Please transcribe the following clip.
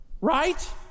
right